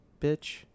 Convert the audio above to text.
Bitch